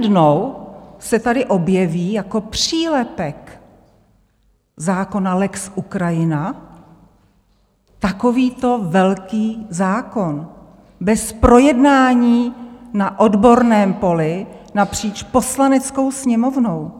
Najednou se tady objeví jako přílepek zákona lex Ukrajina takovýto velký zákon bez projednání na odborném poli, napříč Poslaneckou sněmovnou.